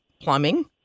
plumbing